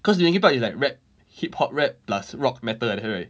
cause linkin park is like rap hip hop rap plus rock metal like that right